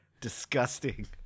disgusting